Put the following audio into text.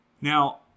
Now